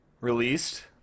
Released